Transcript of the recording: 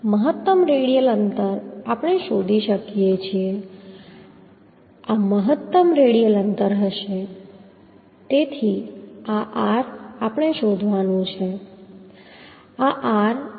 મહત્તમ રેડિયલ અંતર આપણે શોધી શકીએ છીએ આ મહત્તમ રેડિયલ અંતર હશે તેથી આ r આપણે શોધવાનું છે